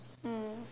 mm